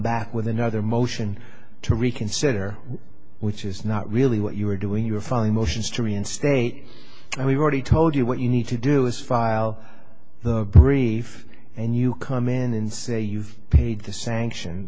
back with another motion to reconsider which is not really what you were doing you were filing motions to reinstate and we were already told you what you need to do is file the brief and you come in and say you've paid the sanction